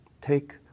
Take